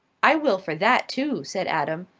i will for that, too, said adam,